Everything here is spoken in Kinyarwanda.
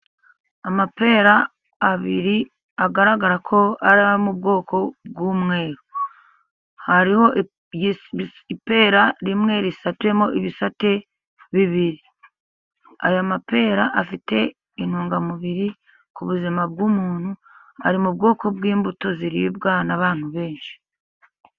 Amapera abiri agaragarako ari ayo mu bwoko bw'umweru, hariho ipera rimwe risatuyemo ibisate bibiri. Aya mapera afite intungamubiri ku buzima bw'umuntu, ari mu bwoko bw'imbuto ziribwa n'abantu benshi.